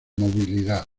movilidad